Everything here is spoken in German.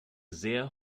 sehr